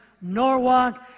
Norwalk